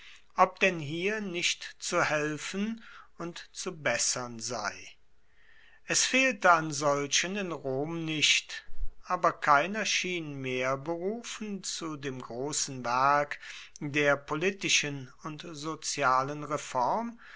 ob denn hier nicht zu helfen und zu bessern sei es fehlte an solchen in rom nicht aber keiner schien mehr berufen zu dem großen werk der politischen und sozialen reform